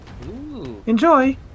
Enjoy